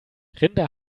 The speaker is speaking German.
rinder